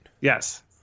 Yes